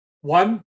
one